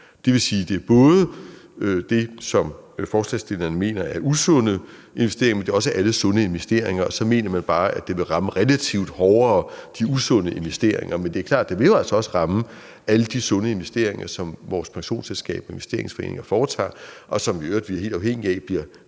Det vil sige, at det både er det, som forslagsstillerne mener er usunde investeringer, men det er også alle sunde investeringer. Så mener man bare, at det vil ramme de usunde investeringer relativt hårdere, men det er klart, at det jo altså også vil ramme alle de sunde investeringer, som vores pensionsselskaber og investeringsforeninger foretager, og som vi i øvrigt er helt afhængige af bliver